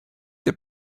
they